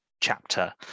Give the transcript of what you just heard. chapter